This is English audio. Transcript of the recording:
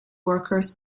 workers